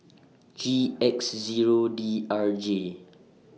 G X Zero D R J